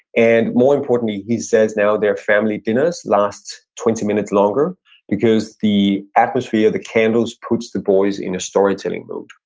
and more importantly, he says now their family dinners last twenty minutes longer because the atmosphere of the candles puts the boys in a storytelling mood.